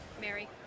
Mary